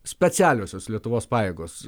specialiosios lietuvos pajėgos